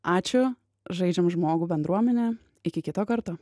ačiū žaidžiam žmogų bendruomene iki kito karto